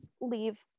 leave